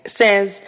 says